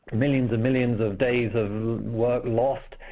millions and millions of days of work lost.